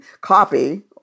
copy